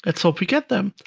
let's hope we get them.